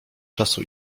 czasu